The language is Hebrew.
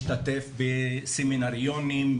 היא לא הפסיקה להשתתף בסמינריונים,